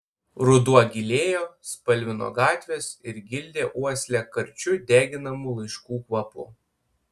ruduo gilėjo spalvino gatves ir gildė uoslę karčiu deginamų laiškų kvapu